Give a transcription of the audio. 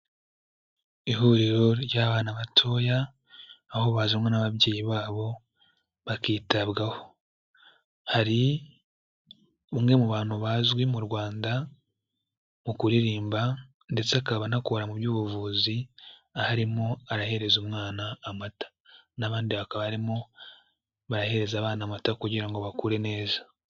Ihuriro ry'abana batoya aho bazanwa n'ababyeyi babo bakitabwaho. Hari umwe mu bantu bazwi mu Rwanda mu kuririmba ndetse akaba anakora mu by'ubuvuzi aho arimo arahereza umwana amata. N'abandi bakaba barimo barahereza abana amata kugira ngo bakure neza.